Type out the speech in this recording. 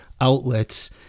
outlets